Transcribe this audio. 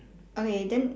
okay then